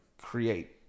create